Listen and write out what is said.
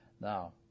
Now